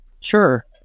Sure